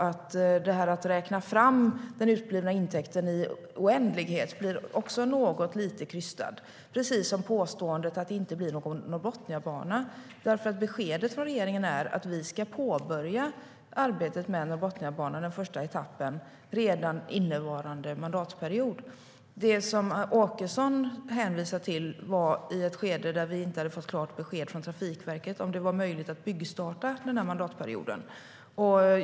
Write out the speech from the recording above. Att räkna fram den uteblivna intäkten i oändlighet blir alltså något krystat, precis som påståendet att Norrbotniabanan inte blir av. Beskedet från regeringen är nämligen att vi ska påbörja arbetet med den första etappen av Norrbotniabanan redan innevarande mandatperiod. Det Anders Åkesson hänvisar till var i ett skede då vi inte hade fått klart besked från Trafikverket om det var möjligt att byggstarta under denna mandatperiod.